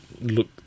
look